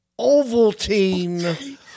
Ovaltine